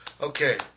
Okay